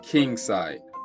Kingside